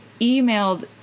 emailed